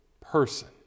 person